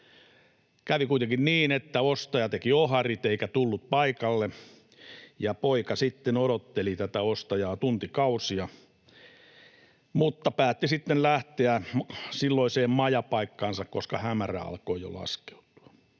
Kävi kuitenkin niin, että ostaja teki oharit eikä tullut paikalle. Poika odotteli tätä ostajaa tuntikausia mutta päätti sitten lähteä silloiseen majapaikkaansa, koska hämärä alkoi jo laskeutua.